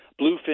bluefin